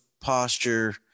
posture